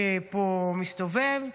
שמסתובב פה,